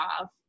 off